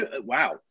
wow